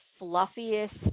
fluffiest